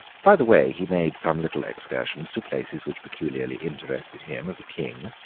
by the way he made some little excursions to places which peculiarly interested him, as a king,